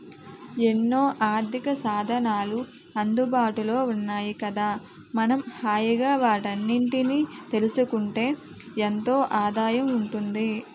ఎన్నో ఆర్థికసాధనాలు అందుబాటులో ఉన్నాయి కదా మనం హాయిగా వాటన్నిటినీ తెలుసుకుంటే ఎంతో ఆదాయం ఉంటుంది